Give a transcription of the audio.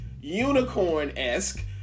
unicorn-esque